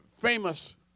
famous